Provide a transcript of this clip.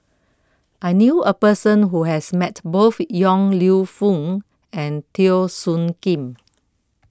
I knew A Person Who has Met Both Yong Lew Foong and Teo Soon Kim